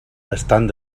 estant